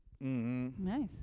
Nice